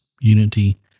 unity